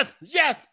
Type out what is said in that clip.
yes